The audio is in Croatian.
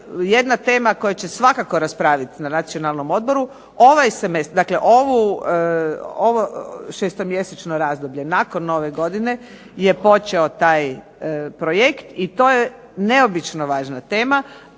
jedna tema koja će svakako raspravit na Nacionalnom odboru ovaj semestar, ovo šestomjesečno razdoblje. Nakon ove godine je počeo taj projekt i to je neobično važna tema.